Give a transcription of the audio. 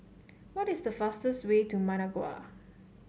what is the fastest way to Managua